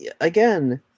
again